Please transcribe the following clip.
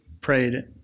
prayed